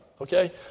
Okay